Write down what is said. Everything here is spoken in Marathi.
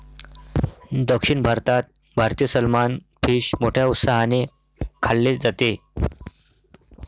दक्षिण भारतात भारतीय सलमान फिश मोठ्या उत्साहाने खाल्ले जाते